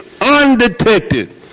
undetected